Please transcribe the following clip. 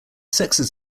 sexes